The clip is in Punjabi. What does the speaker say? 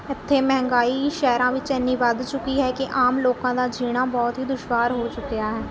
ਇੱਥੇ ਮਹਿੰਗਾਈ ਸ਼ਹਿਰਾਂ ਵਿੱਚ ਐਨੀ ਵੱਧ ਚੁੱਕੀ ਹੈ ਕਿ ਆਮ ਲੋਕਾਂ ਦਾ ਜੀਣਾ ਬਹੁਤ ਹੀ ਦੁਸ਼ਵਾਰ ਹੋ ਚੁੱਕਿਆ ਹੈ